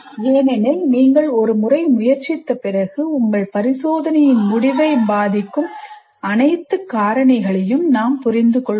ஏனெனில் நீங்கள் ஒரு முறை முயற்சித்த பிறகு உங்கள் பரிசோதனையின் முடிவை பாதிக்கும் அனைத்து காரணிகளையும் நாம் புரிந்துகொள்வோம்